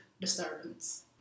disturbance